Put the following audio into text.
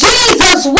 Jesus